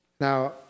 Now